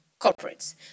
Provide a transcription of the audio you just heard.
corporates